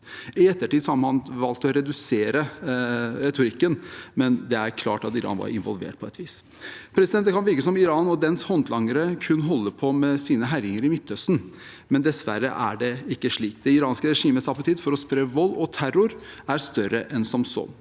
I ettertid har man valgt å redusere retorikken, men det er klart at Iran var involvert på et vis. Det kan virke som Iran og dets håndlangere kun holder på med sine herjinger i Midtøsten, men dessverre er det ikke slik. Det iranske regimets appetitt for å spre vold og terror er større enn som så.